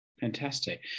fantastic